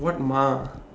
what MA